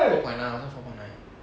four point nine 好像 four point nine